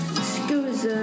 excuse